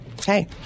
Hey